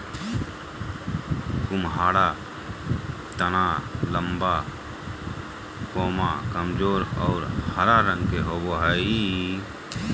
कुम्हाडा तना लम्बा, कमजोर और हरा रंग के होवो हइ